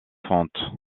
fonte